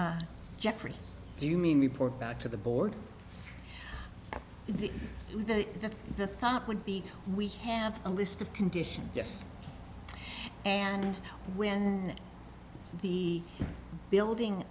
jeffrey do you mean report back to the board the the the the thought would be we have a list of conditions just and when the building